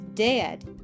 dead